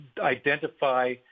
identify